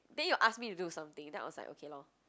then you ask me to do something then I was like okay lor